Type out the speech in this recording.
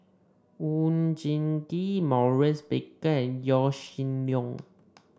Oon Jin Gee Maurice Baker and Yaw Shin Leong